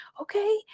Okay